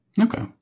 Okay